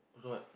also what